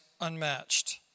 unmatched